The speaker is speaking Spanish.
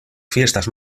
fiestas